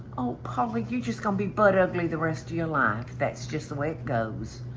oh, paula, you just got to be butt ugly the rest of your life. that's just the way it goes.